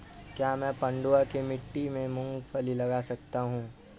क्या मैं पडुआ की मिट्टी में मूँगफली लगा सकता हूँ?